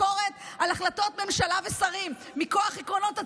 ביקורת על החלטות ממשלה ושרים מכוח עקרונות הצדק.